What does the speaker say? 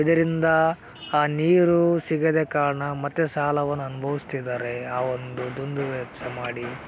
ಇದರಿಂದ ನೀರು ಸಿಗದ ಕಾರಣ ಮತ್ತೆ ಸಾಲವನ್ನು ಅನುಭವಿಸ್ತಿದ್ದಾರೆ ಆ ಒಂದು ದುಂದು ವೆಚ್ಚ ಮಾಡಿ